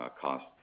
cost